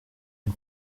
and